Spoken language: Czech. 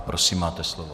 Prosím, máte slovo.